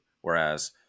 whereas